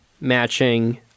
matching